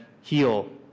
heal